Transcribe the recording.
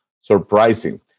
surprising